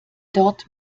dort